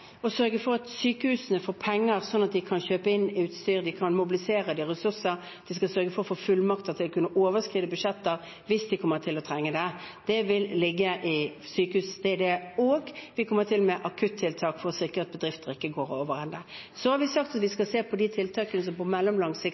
å sørge for at sykehusene får penger, sånn at de kan kjøpe inn utstyr og mobilisere ressurser, og vi skal sørge for at de får fullmakter til å kunne overskride budsjetter hvis de kommer til å trenge det. Og vi kommer til å komme med akuttiltak for å sikre at bedrifter ikke går overende. Så har vi sagt at vi skal se på de tiltakene som er viktige på mellomlang sikt,